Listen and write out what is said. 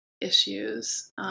issues